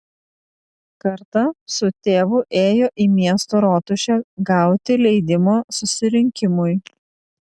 kartą su tėvu ėjo į miesto rotušę gauti leidimo susirinkimui